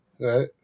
Right